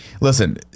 listen